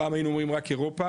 פעם היינו אומרים זה רק באירופה,